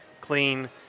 clean